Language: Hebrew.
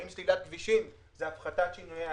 האם סלילת כבישים זה הפחתת שינויי האקלים?